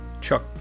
Chuck